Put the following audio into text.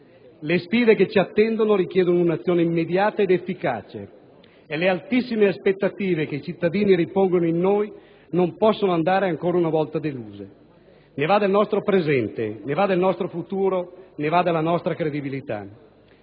le sfide che ci attendono richiedono un'azione immediata ed efficace e le altissime aspettative che i cittadini ripongono in noi non possono andare ancora una volta deluse. Ne va del nostro presente, ne va del nostro futuro, ne va della nostra credibilità.